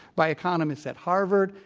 by economists at harvard,